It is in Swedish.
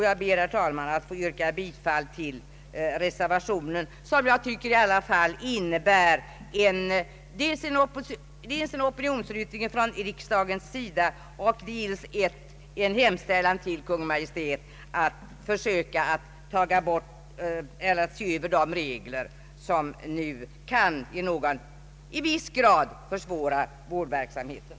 Jag ber, herr talman, att få yrka bifall till reservation 1, som innebär dels en opinionsyttring från riksdagen, dels en hemställan till Kungl. Maj:t att se över de regler som nu i viss mån kan försvåra vårdverksamheten.